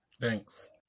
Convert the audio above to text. Thanks